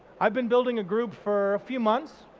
i've been building a group for a few months.